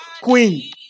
Queen